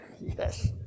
Yes